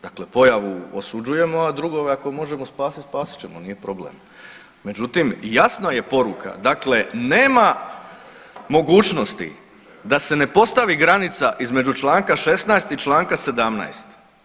Dakle, pojavu osuđujemo, a drugoga ako možemo spasiti spasit ćemo nije problem, međutim, jasna je poruka dakle nema mogućnosti da se ne postavi granica između čl. 16. i čl. 17.